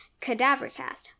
CadaverCast